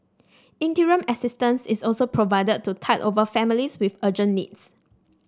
interim assistance is also provided to tide over families with urgent needs